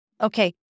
Okay